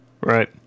right